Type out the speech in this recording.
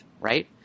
right